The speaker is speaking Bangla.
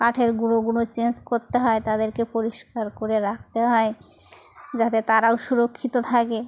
কাঠের গুঁড়ো গুঁড়ো চেঞ্জ করতে হয় তাদেরকে পরিষ্কার করে রাখতে হয় যাতে তারাও সুরক্ষিত থাকে